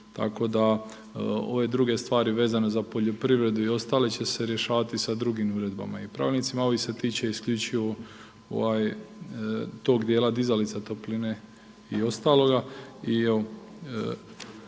Tako da ove druge stvari vezane za poljoprivredu i ostale će se rješavati sa drugim uredbama i pravilnicima, a ovi se tiču isključivo tog dijela dizalica topline i ostaloga